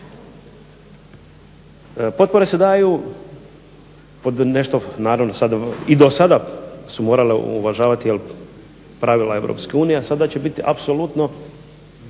Potpore se daju od nešto i do sada su morale uvažavati pravila EU, a sada će biti apsolutno